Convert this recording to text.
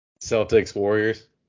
Celtics-Warriors